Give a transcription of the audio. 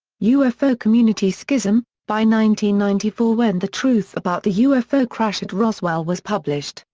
ufo community schism by ninety ninety four when the truth about the ufo crash at roswell was published,